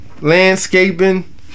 landscaping